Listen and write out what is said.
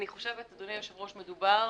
אדוני היושב-ראש, מדובר